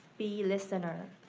be listener,